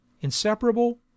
inseparable